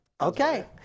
Okay